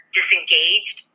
disengaged